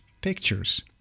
pictures